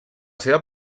seva